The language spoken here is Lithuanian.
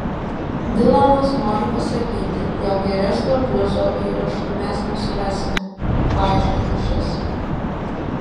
dilanas nori pasakyti jog geresnio bliuzo įrašui mes nesurasime paaiškino šis